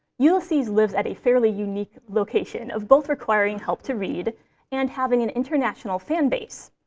ulysses lives at a fairly unique location of both requiring help to read and having an international fan base.